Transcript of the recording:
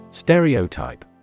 Stereotype